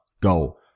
go